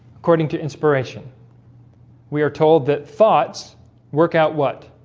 according to inspiration we are told that thoughts work out what?